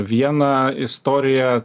vieną istoriją